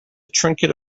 trinket